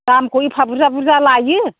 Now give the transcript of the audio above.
दामखौ एफा बुरजा बुरजा लायो